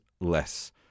less